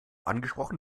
angesprochen